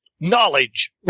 knowledge